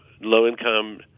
Low-income